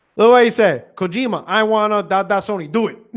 oh i said kojima. i wanted that ah sony do it.